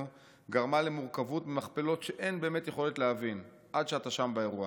גרמה למורכבות במכפלות שאין באמת יכולת להבין עד שאתה שם באירוע.